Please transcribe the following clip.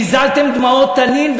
והזלתם דמעות תנין,